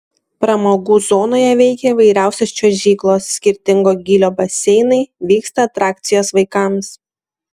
pramogų zonoje veikia įvairiausios čiuožyklos skirtingo gylio baseinai vyksta atrakcijos vaikams